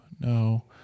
no